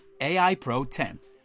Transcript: AIPRO10